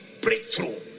breakthrough